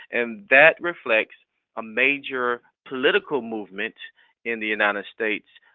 and that reflects a major political movement in the united states.